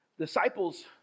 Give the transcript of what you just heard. Disciples